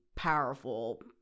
powerful